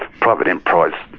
private enterprise,